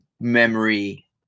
memory